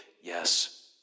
Yes